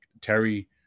Terry